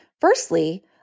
Firstly